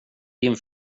din